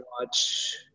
watch